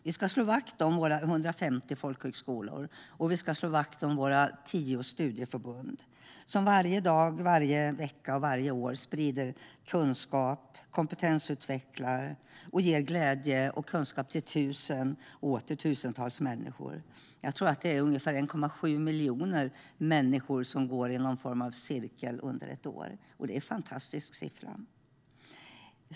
Vi ska slå vakt om våra 150 folkhögskolor och våra 10 studieförbund som varje dag, varje vecka och varje år sprider kunskap och kompetensutvecklar och ger glädje och kunskap till tusen och åter tusen människor. Jag tror att det är ungefär 1,7 miljoner människor som deltar i någon form av cirkel under ett år. Det är en fantastisk siffra!